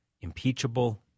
impeachable